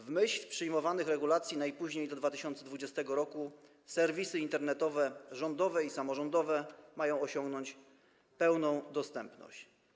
W myśl przyjmowanych regulacji najpóźniej do 2020 r. serwisy internetowe rządowe i samorządowe mają osiągnąć pełną dostępność.